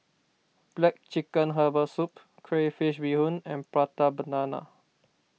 Black Chicken Herbal Soup Crayfish BeeHoon and Prata Banana